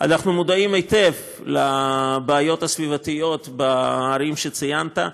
אנחנו מודעים היטב לבעיות הסביבתיות בערים שציינת.